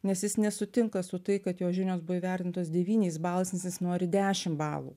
nes jis nesutinka su tai kad jo žinios buvo įvertintos devyniais balais nes jis nori dešim balų